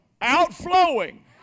outflowing